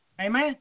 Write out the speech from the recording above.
Amen